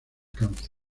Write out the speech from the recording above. cáncer